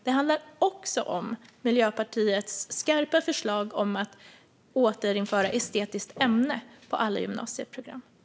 Det handlar också om Miljöpartiets skarpa förslag om att återinföra estetiskt ämne på alla gymnasieprogram. Ja eller nej?